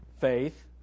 Faith